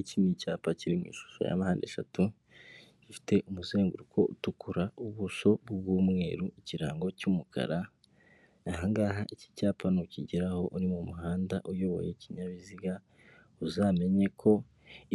Iki ni icyapa kiri mu ishusho ya mpande eshatu gifite umuzenguruko utukura, ubuso bw'umweru, ikirango cy'umukara. Naho ahangaha iki cyapa nukigeraho uri m'umuhanda uyoboye ikinyabiziga uzamenye ko